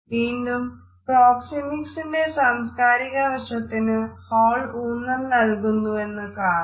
വീണ്ടും പ്രോക്സെമിക്സിന്റെ സാംസ്കാരിക വശത്തിന് ഹാൾ ഊന്നൽ നല്കുന്നുവെന്ന് കാണാം